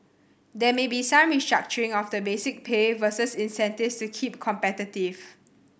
there may be some restructuring of the basic pay versus incentives to keep competitive